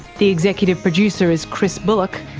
the executive producer is chris bullock,